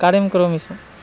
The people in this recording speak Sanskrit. कार्यं करोमि स्म